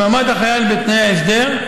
אם עמד החייל בתנאי ההסדר,